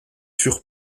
furent